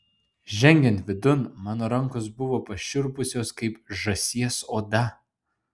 žengiant vidun mano rankos buvo pašiurpusios kaip žąsies oda